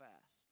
fast